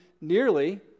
nearly